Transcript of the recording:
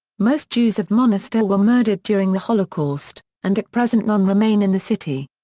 most jews of monastir were murdered during the holocaust, and at present none remain in the city.